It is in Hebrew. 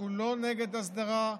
אנחנו לא נגד הסדרה,